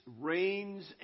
reigns